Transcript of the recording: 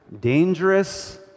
dangerous